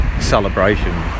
celebration